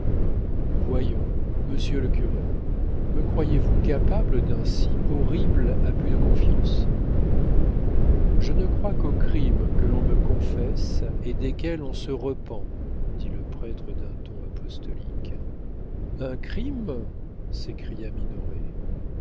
voyons monsieur le curé me croyez-vous capable d'un si horrible abus de confiance je ne crois qu'aux crimes que l'on me confesse et desquels on se repent dit le prêtre d'un ton apostolique un crime s'écria minoret